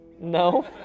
No